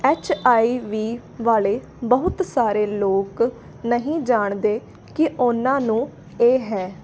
H I V ਵਾਲੇ ਬਹੁਤ ਸਾਰੇ ਲੋਕ ਨਹੀਂ ਜਾਣਦੇ ਕਿ ਉਹਨਾਂ ਨੂੰ ਇਹ ਹੈ